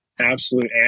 absolute